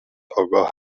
آگاه